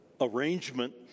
arrangement